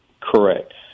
Correct